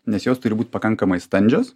nes jos turi būt pakankamai standžios